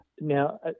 Now